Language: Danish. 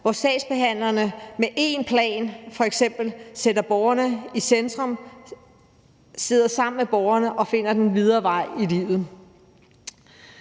hvor sagsbehandlerne med én plan f.eks. sætter borgerne i centrum, sidder sammen med borgerne og finder den videre vej i livet.